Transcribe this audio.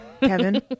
Kevin